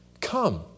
Come